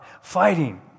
fighting